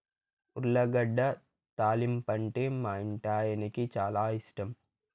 ఉర్లగడ్డ తాలింపంటే మా ఇంటాయనకి చాలా ఇష్టం